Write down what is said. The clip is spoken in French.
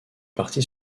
parti